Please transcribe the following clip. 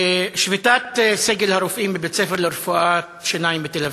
שביתת סגל הרופאים בבית-ספר לרפואת שיניים בתל-אביב,